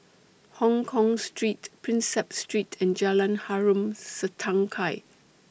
Hongkong Street Prinsep Street and Jalan Harom Setangkai